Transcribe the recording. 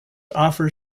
offer